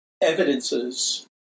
evidences